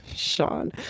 Sean